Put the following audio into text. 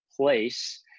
place